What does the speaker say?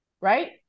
right